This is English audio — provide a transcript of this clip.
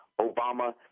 Obama